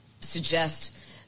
suggest